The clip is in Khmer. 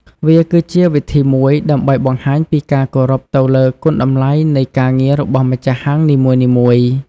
វាគឺជាវិធីមួយដើម្បីបង្ហាញពីការគោរពទៅលើគុណតម្លៃនៃការងាររបស់ម្ចាស់ហាងនីមួយៗ។